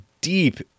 deep